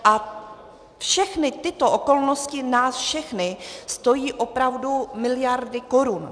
A všechny tyto okolnosti nás všechny stojí opravdu miliardy korun.